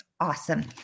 awesome